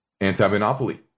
anti-monopoly